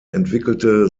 entwickelte